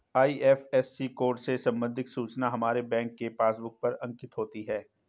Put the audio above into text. IFSC code से संबंधित सूचना हमारे बैंक के पासबुक पर अंकित होती है